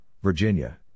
Virginia